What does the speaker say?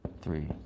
Three